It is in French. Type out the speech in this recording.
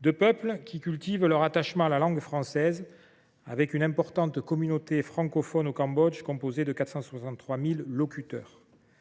Deux peuples qui cultivent leur attachement à la langue française, une communauté francophone forte de 463 000 locuteurs